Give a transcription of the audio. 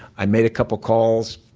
i made a couple calls,